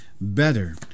better